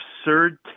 absurd